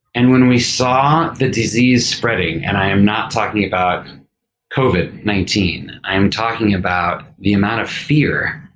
and when we saw the disease spreading and i am not talking about covid nineteen, i am talking about the amount of fear,